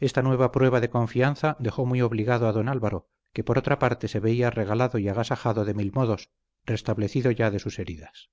esta nueva prueba de confianza dejó muy obligado a don álvaro que por otra parte se veía regalado y agasajado de mil modos restablecido ya de sus heridas